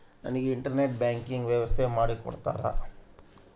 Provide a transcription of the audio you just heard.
ನನಗೆ internet banking ವ್ಯವಸ್ಥೆ ಮಾಡಿ ಕೊಡ್ತೇರಾ?